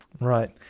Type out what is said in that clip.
Right